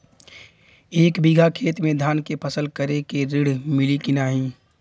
एक बिघा खेत मे धान के फसल करे के ऋण मिली की नाही?